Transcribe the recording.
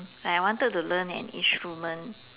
I wanted to learn an instrument